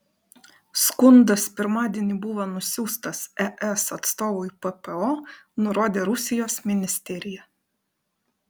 skundas pirmadienį buvo nusiųstas es atstovui ppo nurodė rusijos ministerija